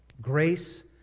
Grace